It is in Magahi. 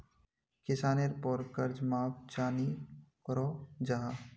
किसानेर पोर कर्ज माप चाँ नी करो जाहा?